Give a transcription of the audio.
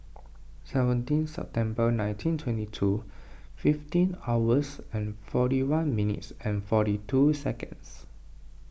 seventeen September nineteen twenty two fifteen hours and forty one minutes and forty two seconds